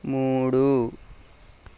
మూడు